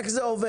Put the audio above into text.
איך זה עובד?